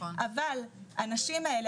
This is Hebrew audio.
אבל אנשים האלה,